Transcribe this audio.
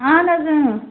اہن حظ اۭں